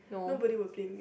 nobody will blame you